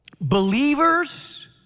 believers